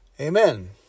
Amen